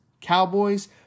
Cowboys